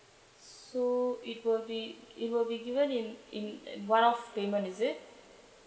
so it will be it will be given in in one off payment is it